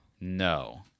No